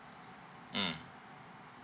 mm